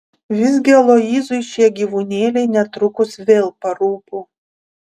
visgi aloyzui šie gyvūnėliai netrukus vėl parūpo